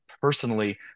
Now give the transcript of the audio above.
personally